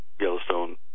Yellowstone